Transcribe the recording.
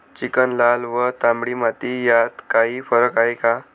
Chicken, लाल व तांबडी माती यात काही फरक आहे का?